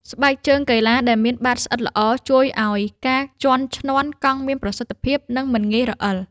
ស្បែកជើងកីឡាដែលមានបាតស្អិតល្អ ជួយឱ្យការជាន់ឈ្នាន់កង់មានប្រសិទ្ធភាព និងមិនងាយរអិល។